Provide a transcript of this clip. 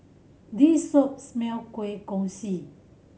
this shop smell kueh kosui